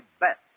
best